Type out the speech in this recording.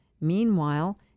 Meanwhile